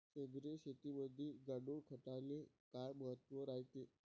सेंद्रिय शेतीमंदी गांडूळखताले काय महत्त्व रायते?